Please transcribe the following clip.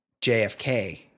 JFK